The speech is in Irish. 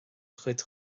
chuid